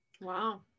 wow